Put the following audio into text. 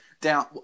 down –